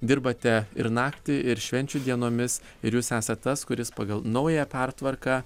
dirbate ir naktį ir švenčių dienomis ir jūs esat tas kuris pagal naująją pertvarką